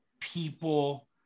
people